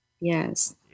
Yes